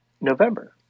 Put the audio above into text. November